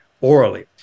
orally